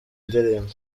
indirimbo